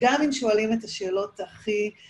גם אם שואלים את השאלות הכי...